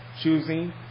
choosing